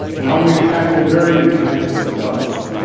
now we attack ovarian cancer cells.